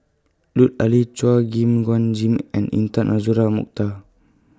Lut Ali Chua Gim Guan Jim and Intan Azura Mokhtar